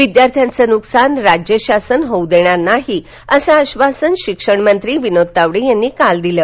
विद्यार्थ्यांचे नुकसान राज्य शासन होऊ देणार नाही असं आश्वासन शिक्षण मंत्री विनोद तावडे यांनी काल दिलं